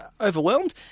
overwhelmed